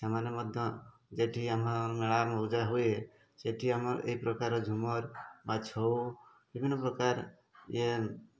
ଏମାନେ ମଧ୍ୟ ଯେଠି ଆମର ମେଳା ମଉଜ ହୁଏ ସେଠି ଆମର ଏ ପ୍ରକାର ଝୁମର ବା ଛଉ ବିଭିନ୍ନ ପ୍ରକାର ଇଏ